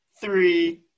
three